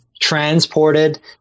transported